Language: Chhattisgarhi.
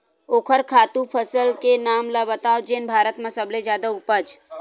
ओखर खातु फसल के नाम ला बतावव जेन भारत मा सबले जादा उपज?